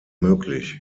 möglich